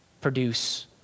produce